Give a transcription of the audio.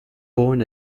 born